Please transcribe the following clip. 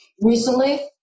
recently